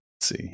see